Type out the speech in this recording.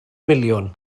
miliwn